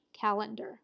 calendar